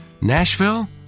Nashville